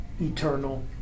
eternal